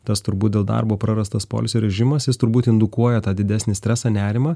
tas turbūt dėl darbo prarastas poilsio režimas jis turbūt indukuoja tą didesnį stresą nerimą